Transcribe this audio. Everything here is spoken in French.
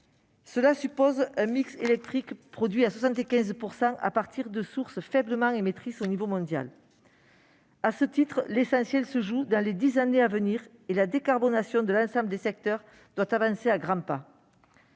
Cela suppose que 75 % du mix électrique soit produit à partir de sources faiblement émettrices à l'échelon mondial. À ce titre, l'essentiel se joue dans les dix années à venir : la décarbonation de l'ensemble des secteurs doit donc avancer à grands pas.